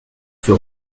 fut